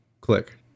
click